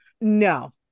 No